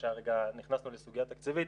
נכנסנו לסוגיה תקציבית.